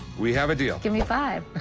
we have a deal. give me five.